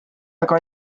aga